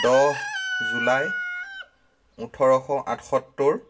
দহ জুলাই ওঠৰশ আঠসত্তৰ